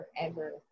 Forever